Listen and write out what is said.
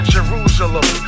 Jerusalem